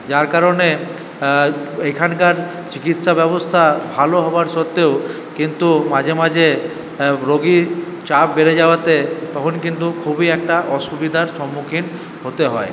যার কারণে এখানকার চিকিৎসা ব্যবস্থা ভালো হওয়ার সত্ত্বেও কিন্তু মাঝে মাঝে রোগীর চাপ বেড়ে যাওয়াতে তখন কিন্তু খুবই একটা অসুবিধার সম্মুখীন হতে হয়